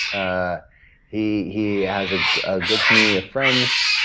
ah he he has a ah good community of friends.